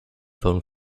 phone